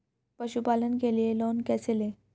पशुपालन के लिए लोन कैसे लें?